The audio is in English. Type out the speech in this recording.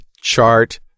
chart